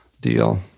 deal